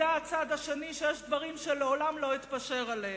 אתפשר עליהם.